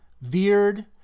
veered